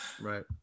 Right